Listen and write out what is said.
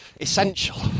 Essential